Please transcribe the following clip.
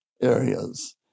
areas